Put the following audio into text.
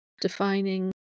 defining